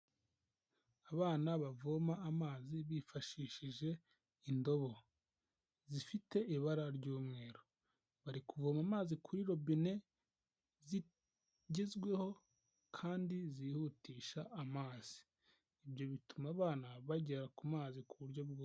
Abana bavoma amazi bifashishije indobo zifite ibara ry'umweru, bari kuvoma amazi kuri robine zigezweho kandi zihutisha amazi, ibyo bituma abana bagera ku mazi ku buryo bworoshye.